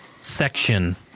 section